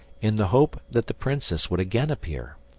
in the hope that the princess would again appear.